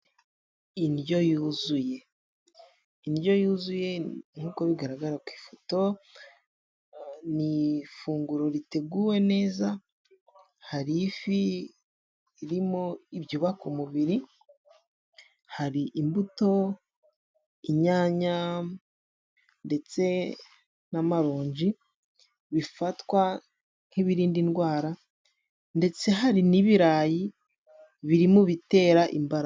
Indyo yuzuye. Indyo yuzuye nkuko bigaragara ku ifoto ni ifunguro riteguwe neza ;hari ifi irimo ibyubaka umubiri, hari imbuto, inyanya ndetse n'amaronji bifatwa nk'ibirinda indwara ndetse hari n'ibirayi biri mu bitera imbaraga.